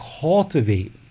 cultivate